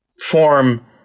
form